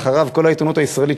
ואחריו כל העיתונות הישראלית,